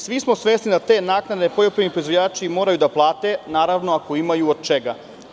Svi smo svesni da te naknade poljoprivredni proizvođači moraju da plate, naravno, ako imaju od čega.